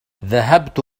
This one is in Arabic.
ذهبت